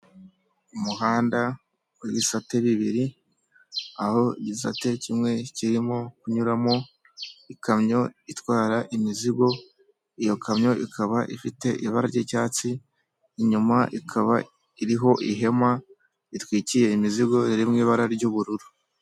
Umuhanda w'ibisate bibiri aho igisate kimwe kirimo kunyuramo ikamyo itwara imizigo, iyo kamyo ikaba ifite ibara ry'icyatsi, inyuma ikaba iriho ihema ritwikira imizigo riri mu ibara ry'ubururu.